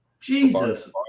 Jesus